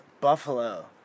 Buffalo